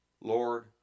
Lord